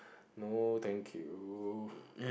no thank you